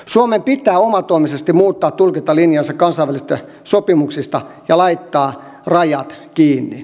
suomen pitää omatoimisesti muuttaa tulkintalinjaansa kansainvälisistä sopimuksista ja laittaa rajat kiinni